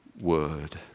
word